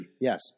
Yes